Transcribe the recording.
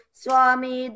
swami